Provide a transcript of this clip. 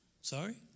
Sorry